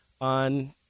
on